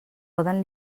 poden